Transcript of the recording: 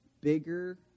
bigger